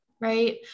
right